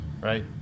right